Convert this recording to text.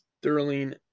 Sterling